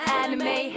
anime